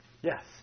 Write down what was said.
Yes